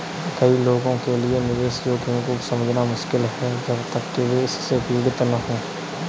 कई लोगों के लिए निवेश जोखिम को समझना मुश्किल है जब तक कि वे इससे पीड़ित न हों